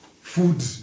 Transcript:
food